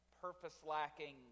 purpose-lacking